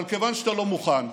אבל כיוון שאתה לא מוכן,